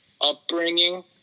upbringing